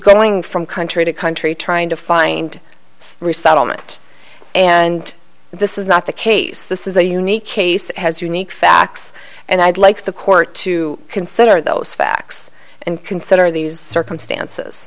going from country to country trying to find resettlement and this is not the case this is a unique case as unique facts and i'd like the court to consider those facts and consider these circumstances